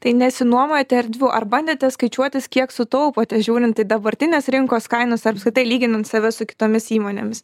tai nesinuomojate erdvių ar bandėte skaičiuotis kiek sutaupote žiūrint į dabartines rinkos kainas ar apskritai lyginant save su kitomis įmonėmis